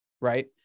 right